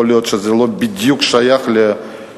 יכול להיות שזה לא בדיוק שייך לנושא,